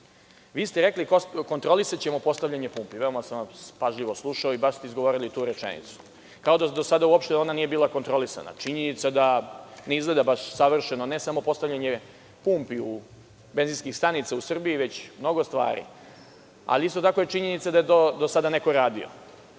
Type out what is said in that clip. Vi ste rekli – kontrolisaćemo postavljanje pumpi. Veoma sam vas pažljivo slušao i baš ste izgovorili tu rečenicu, kao da do sada uopšte ona nije bila kontrolisana. Činjenica je da ne izgleda baš savršeno, ne samo postavljanje pumpi, benzinskih stanica u Srbiji, već mnogo stvari. Ali, isto tako je činjenica da je to do sada neko